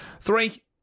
three